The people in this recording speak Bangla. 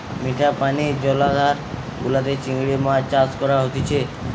মিঠা পানি জলাধার গুলাতে চিংড়ি মাছ চাষ করা হতিছে